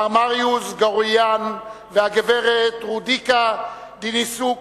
מר מריוס גרויִאן וגברת רודיקה דיניסוק,